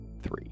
three